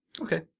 Okay